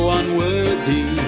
unworthy